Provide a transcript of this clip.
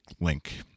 link